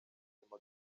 inyuma